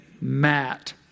Matt